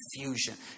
confusion